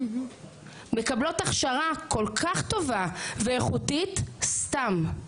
מקבלות הכשרה כל כך טובה ואיכותית סתם,